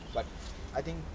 but I think